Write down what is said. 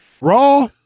Raw